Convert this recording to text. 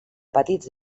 petits